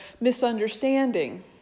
misunderstanding